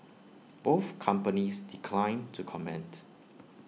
both companies declined to comment